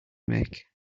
make